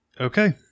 Okay